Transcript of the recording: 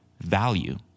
Value